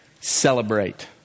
Celebrate